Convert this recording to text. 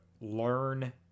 learn